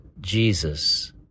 Jesus